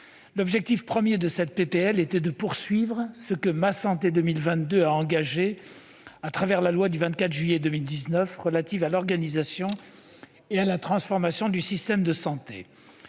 de cette proposition de loi était de poursuivre ce que le plan Ma santé 2022 a engagé à travers la loi du 24 juillet 2019 relative à l'organisation et à la transformation du système de santé.